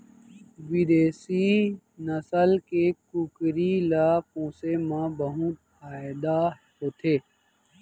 बिदेसी नसल के कुकरी ल पोसे म बहुत फायदा होथे